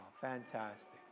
fantastic